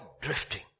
drifting